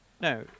no